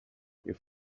you